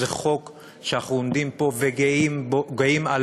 זה חוק שאנחנו עומדים פה וגאים עליו.